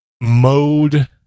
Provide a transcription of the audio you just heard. mode